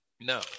no